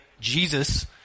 Jesus